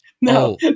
no